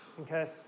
Okay